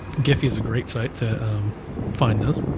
giphy is a great site to find those.